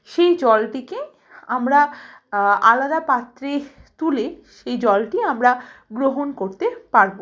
সেই জলটিকে আমরা আলাদা পাত্রে তুলে সেই জলটি আমরা গ্রহণ করতে পারবো